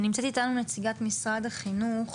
נמצאת איתנו נציגת משרד החינוך